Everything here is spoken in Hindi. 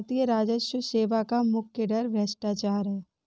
भारतीय राजस्व सेवा का मुख्य डर भ्रष्टाचार है